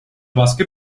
baskı